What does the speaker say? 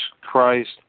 Christ